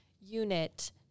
unit